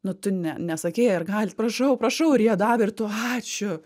nu tu ne nesakei ar galit prašau prašau ir jie davė ir tu ačiū